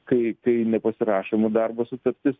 kai kai nepasirašoma darbo sutartis